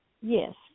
Yes